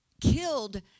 killed